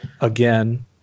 again